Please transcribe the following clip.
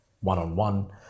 one-on-one